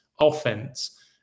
offense